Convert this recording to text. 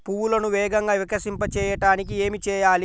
పువ్వులను వేగంగా వికసింపచేయటానికి ఏమి చేయాలి?